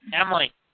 Emily